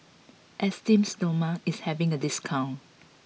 Esteem Stoma is having a discount